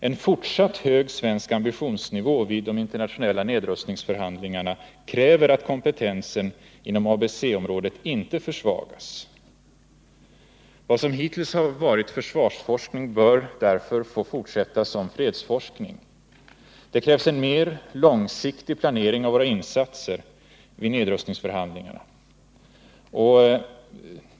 En fortsatt hög svensk ambitionsnivå vid de internationella nedrustningsförhandlingarna kräver att kompetensen inom ABC-området inte försvagas. Vad som hittills har varit försvarsforskning bör därför få fortsätta som fredsforskning. Det krävs en mer långsiktig planering av våra insatser vid nedrustningsförhandlingarna.